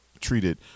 treated